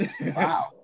wow